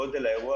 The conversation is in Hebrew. גודל האירוע